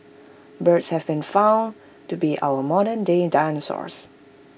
birds have been found to be our modernday dinosaurs